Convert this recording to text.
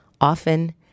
often